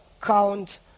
count